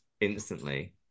instantly